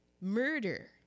murder